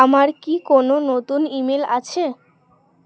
আমার কি কোনো নতুন ইমেল আছে